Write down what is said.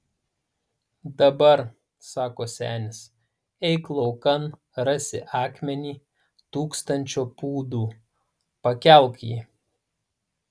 dabar sako senis eik laukan rasi akmenį tūkstančio pūdų pakelk jį